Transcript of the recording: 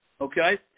Okay